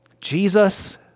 Jesus